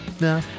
No